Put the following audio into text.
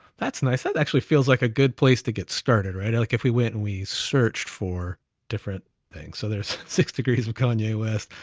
that's nice. that actually feels like a good place to get started, right? and like if we went, and we searched for different things, so there's six degrees of kanye west,